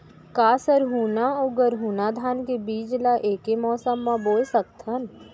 का हरहुना अऊ गरहुना धान के बीज ला ऐके मौसम मा बोए सकथन?